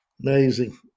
Amazing